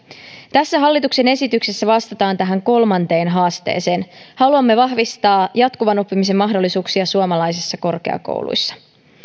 tässä hallituksen esityksessä vastataan tähän kolmanteen haasteeseen haluamme vahvistaa jatkuvan oppimisen mahdollisuuksia suomalaisissa korkeakouluissa